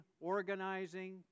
organizing